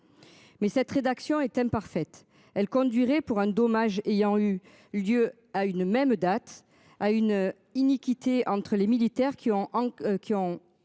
Mais cette rédaction est imparfaite, elle conduirait pour un dommage ayant eu lieu à une même date à une iniquité entre les militaires qui ont